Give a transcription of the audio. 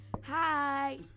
Hi